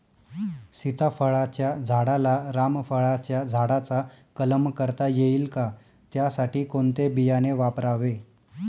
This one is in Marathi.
सीताफळाच्या झाडाला रामफळाच्या झाडाचा कलम करता येईल का, त्यासाठी कोणते बियाणे वापरावे?